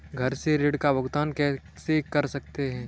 घर से ऋण का भुगतान कैसे कर सकते हैं?